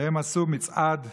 והם עשו מצעד.